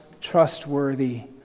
trustworthy